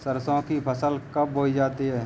सरसों की फसल कब बोई जाती है?